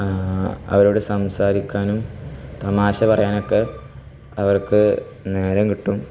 അവരോട് സംസാരിക്കാനും തമാശ പറയാനൊക്കെ അവർക്ക് നേരങ്കിട്ടും